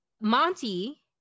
Monty